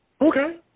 Okay